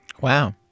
Wow